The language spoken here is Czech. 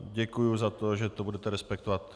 Děkuji za to, že to budete respektovat.